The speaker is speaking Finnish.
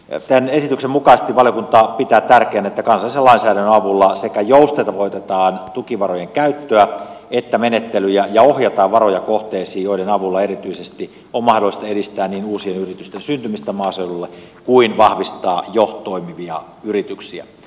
tämän esityksen mukaisesti valiokunta pitää tärkeänä että kansallisen lainsäädännön avulla joustavoitetaan sekä tukivarojen käyttöä että menettelyjä ja ohjataan varoja kohteisiin joiden avulla erityisesti on mahdollista edistää niin uusien yritysten syntymistä maaseudulle kuin vahvistaa jo toimivia yrityksiä